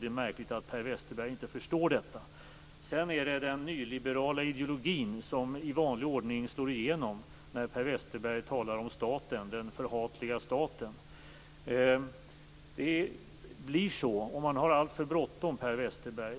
Det är märkligt att Per Westerberg inte förstår detta. Sedan är det den nyliberala ideologin som i vanlig ordning slår igenom när Per Westerberg talar om staten, den förhatliga staten. Det blir så om man har alltför bråttom